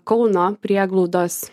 kauno prieglaudos